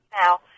...now